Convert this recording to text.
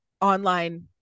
online